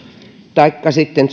taikka sitten